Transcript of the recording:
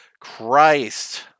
Christ